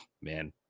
man